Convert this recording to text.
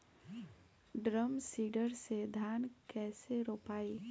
Drum seeder से धान कैसे रोपाई?